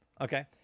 okay